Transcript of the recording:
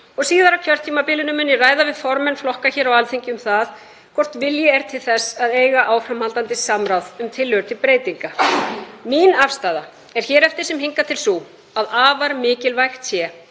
síðar og á kjörtímabilinu mun ég ræða við formenn flokka hér á Alþingi um hvort vilji sé til þess að eiga áframhaldandi samráð um tillögur til breytinga. Mín afstaða er hér eftir sem hingað til sú að afar mikilvægt sé